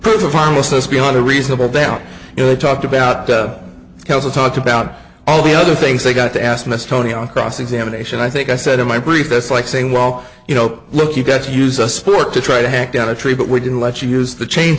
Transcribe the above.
proof the pharmacist beyond a reasonable doubt you know they talked about counsel talked about all the other things they got to ask miss tony on cross examination i think i said in my brief that's like saying well you know look you've got to use a sport to try to hack down a tree but we didn't let you use the chain